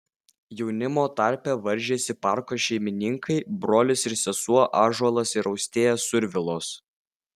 jaunimo tarpe varžėsi parko šeimininkai brolis ir sesuo ąžuolas ir austėja survilos